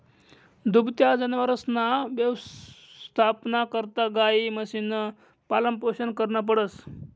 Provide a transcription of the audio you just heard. दुभत्या जनावरसना यवस्थापना करता गायी, म्हशीसनं पालनपोषण करनं पडस